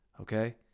okay